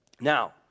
Now